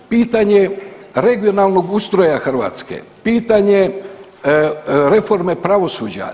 Pitanje regionalnog ustroja Hrvatske, pitanje reforme pravosuđa.